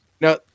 Now